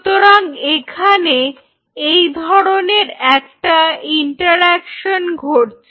সুতরাং এখানে এইধরনের একটা ইন্টারঅ্যাকশন ঘটছে